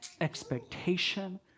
expectation